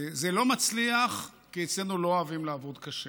זה לא מצליח כי אצלנו לא אוהבים לעבוד קשה,